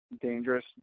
dangerous